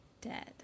Dead